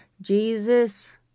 Jesus